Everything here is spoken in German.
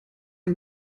ein